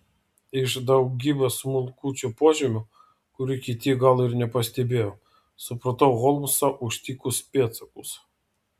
iš daugybės smulkučių požymių kurių kiti gal ir nepastebėjo supratau holmsą užtikus pėdsakus